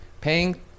paying